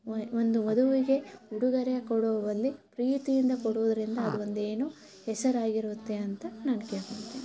ಒಂದು ವಧುವಿಗೆ ಉಡುಗೊರೆಯ ಕೊಡೋ ಬದ್ಲು ಪ್ರೀತಿಯಿಂದ ಕೊಡೋದರಿಂದ ಅದು ಒಂದು ಏನು ಹೆಸರಾಗಿರುತ್ತೆ ಅಂತ ನಾನು ಕೇಳ್ಕೊಂತೀನಿ